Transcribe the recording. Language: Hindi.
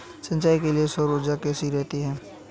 सिंचाई के लिए सौर ऊर्जा कैसी रहती है?